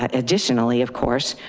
ah additionally, of course,